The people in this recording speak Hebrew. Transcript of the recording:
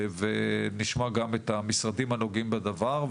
ונשמע גם המשרדים הנוגעים בדבר,